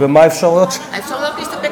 מה האפשרויות שלי?